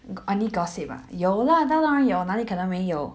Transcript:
an~ any gossip ah 有了当然有哪里可能没有